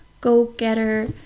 go-getter